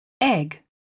Egg